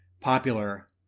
popular